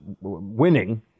winning